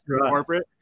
corporate